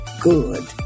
good